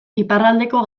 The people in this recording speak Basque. iparraldeko